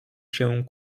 się